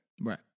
Right